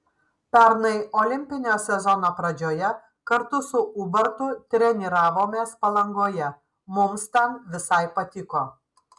pernai olimpinio sezono pradžioje kartu su ubartu treniravomės palangoje mums ten visai patiko